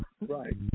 Right